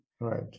right